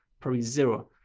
probably zero.